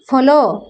follow